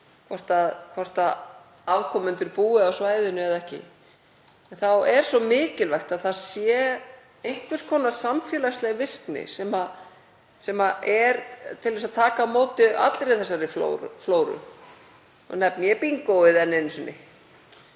hvort afkomendur búi á svæðinu eða ekki — þá er svo mikilvægt að það sé einhvers konar samfélagsleg virkni sem er til þess að taka á móti allri þessari flóru og nefni ég bingóið enn einu sinni.